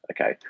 okay